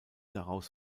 daraus